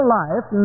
life